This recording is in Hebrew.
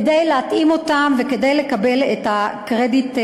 כדי להתאים אותם וכדי לקבל את הקרדיט באזרחות.